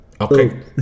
Okay